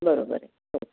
बरोबर हो